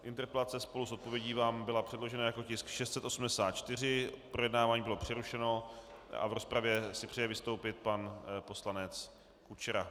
Interpelace spolu s odpovědí vám byla předložena jako tisk 684, projednávání bylo přerušeno a v rozpravě si přeje vystoupit pan poslanec Kučera.